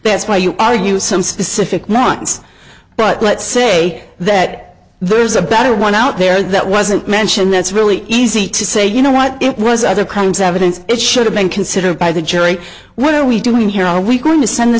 that's why you are use some specific neurons but let's say that there's a better one out there that wasn't mentioned that's really easy to say you know what it was other crimes evidence it should have been considered by the jury what are we doing here are we going to send th